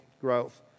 growth